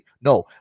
No